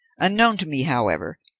unknown to me, however,